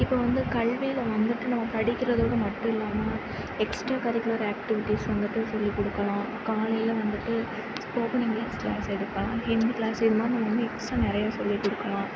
இப்போ வந்து கல்வியில வந்துவிட்டு நம்ம படிக்கிறதோட மட்டும் இல்லாம எக்ஸ்ட்ரா கரிகுலர் ஆக்டிவிட்டிஸ் வந்துவிட்டு சொல்லிக் கொடுக்கலாம் காலையில் வந்துவிட்டு ஸ்போக்கன் இங்கிலீஷ் கிளாஸ் எடுப்பேன் ஹிந்தி கிளாஸ் இதுமாதிரி நம்ம வந்து எக்ஸ்ட்ரா நிறையா சொல்லிக் கொடுக்கலாம்